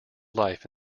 life